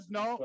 no